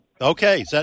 Okay